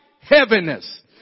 heaviness